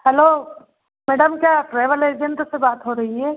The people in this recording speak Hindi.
हलो मैडम क्या ट्रैवल एजेंट से बात हो रही है